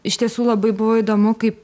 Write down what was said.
iš tiesų labai buvo įdomu kaip